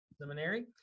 Seminary